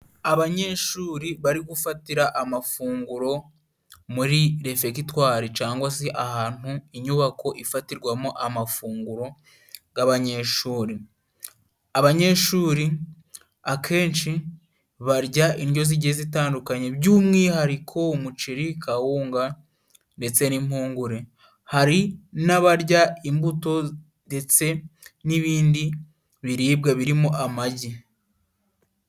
Abanyeshuri bari gufatira amafunguro muri refegitwari cyangwa se ahantu inyubako ifatirwamo amafunguro g'abanyeshuri. Abanyeshuri, akenshi barya indyo zigiye zitandukanye by'umwihariko umuceri, kawunga ndetse n'impungure. Hari n'abarya imbuto ndetse n'ibindi biribwa birimo amagi.